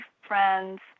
friends